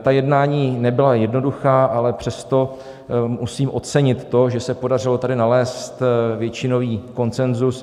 Ta jednání nebyla jednoduchá, ale přesto musím ocenit to, že se tady podařilo nalézat většinový konsenzus.